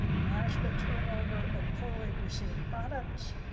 management turnover, and poorly received products.